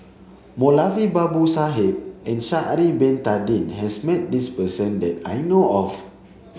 Moulavi Babu Sahib and Sha'ari bin Tadin has met this person that I know of